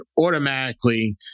automatically